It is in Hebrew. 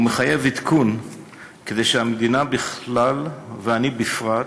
והוא מחייב עדכון כדי שהמדינה בכלל ואני בפרט,